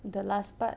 the last part